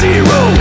Zero